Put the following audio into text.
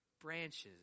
branches